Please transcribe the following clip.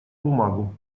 бумагу